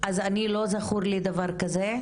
אז אני לא זכור לי דבר כזה.